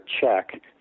check